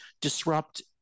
disrupt